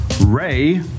Ray